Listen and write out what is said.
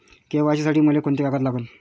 KYC साठी मले कोंते कागद लागन?